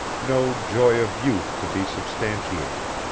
no joy of youth to be substantiated.